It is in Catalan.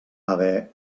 haver